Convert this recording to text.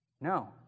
No